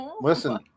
Listen